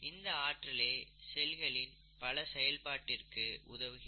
இந்த ஆற்றலே செல்களின் பல செயல்பாட்டிற்கு உதவுகிறது